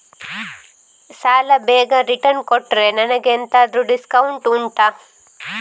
ಸಾಲ ಬೇಗ ರಿಟರ್ನ್ ಕೊಟ್ರೆ ನನಗೆ ಎಂತಾದ್ರೂ ಡಿಸ್ಕೌಂಟ್ ಉಂಟಾ